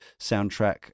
soundtrack